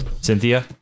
Cynthia